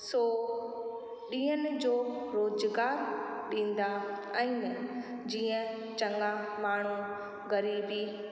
सो ॾींहंनि जो रोज़गारु ॾींदा आहिनि जीअं चङा माण्हूं ग़रीबी